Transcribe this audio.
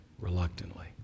reluctantly